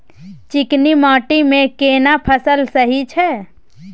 चिकनी माटी मे केना फसल सही छै?